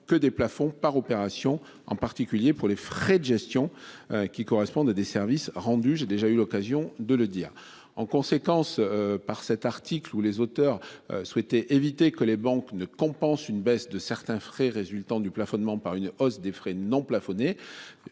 que des plafonds par opération, en particulier pour les frais de gestion. Qui correspondent à des services rendus. J'ai déjà eu l'occasion de le dire en conséquence par cet article, ou les auteurs souhaité éviter que les banques ne compense une baisse de certains frais résultant du plafonnement, par une hausse des frais non plafonné.